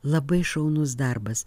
labai šaunus darbas